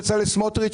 בצלאל סמוטריץ'?